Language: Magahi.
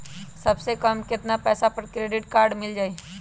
सबसे कम कतना पैसा पर क्रेडिट काड मिल जाई?